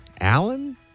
Alan